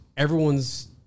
everyone's